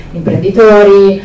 imprenditori